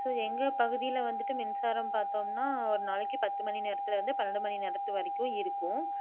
so எங்கள் பகுதியில் வந்துட்டு மின்சாரம் பார்த்தோம்னா ஒரு நாளைக்கு பத்து மணி நேரத்துலேருந்து பன்னெண்டு மணி நேரத்து வரைக்கும் இருக்கும்